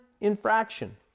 infraction